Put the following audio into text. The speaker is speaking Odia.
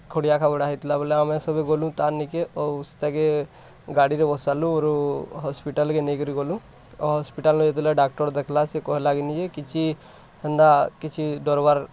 ଖୁଡ଼ିଆ ଖାବରା ହେଇଥିଲା ବେଲେ ଆମେ ସବୁ ଗଲୁ ତାର୍ ନିକି ଆଉ ତାକେ ଗାଡ଼ି ରେ ବସାଲୁ ଆରୁ ହସ୍ପିଟାଲ୍ କେ ନେଇ କରି ଗଲୁ ତ ହସ୍ପିଟାଲ୍ରେ ଯେତେବେଲେ ଡାକ୍ତର୍ ଦେଖଲା ସିଏ କହେଲା କିନି ଯେ କିଛି ହେନ୍ତା କିଛି ଡର୍ ବାର୍